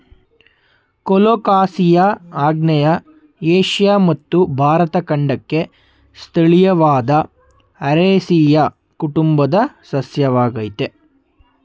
colocasia ಆಗ್ನೇಯ Asia ಮತ್ತು ಭಾರತ ಖಂಡಕ್ಕೆ ಸ್ಥಳೀಯವಾದ ಅರೇಸಿಯ ಕುಟುಂಬದ ಸಸ್ಯವಾಗಯ್ತೆ